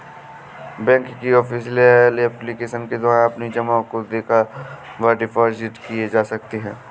bank की official application के द्वारा अपनी जमा को देखा व डिपॉजिट किए जा सकते हैं